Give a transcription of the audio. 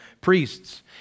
priests